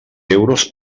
euros